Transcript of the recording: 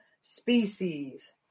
species